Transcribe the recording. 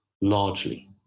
largely